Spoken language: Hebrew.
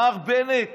מר בנט,